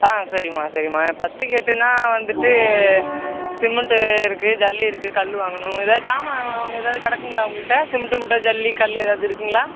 ஆ சரிமா சரிமா பத்துக்கு எட்டுனால் வந்துட்டு சிமெண்ட்டு இருக்குது ஜல்லி இருக்குது கல் வாங்கணும் எதாவது சாமான் எதாவது கிடக்குங்களா உங்கள் கிட்டே சிமெண்ட்டு மூட்டை ஜல்லி கல் எதாவது இருக்குதுங்களா